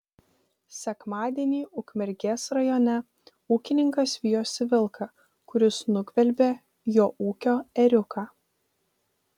sekmadienį ukmergės rajone ūkininkas vijosi vilką kuris nugvelbė jo ūkio ėriuką